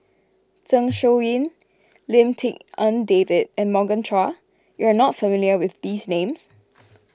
Zeng Shouyin Lim Tik En David and Morgan Chua you are not familiar with these names